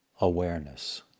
awareness